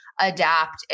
adapt